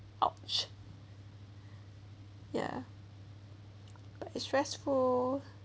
!ouch! ya it's stressful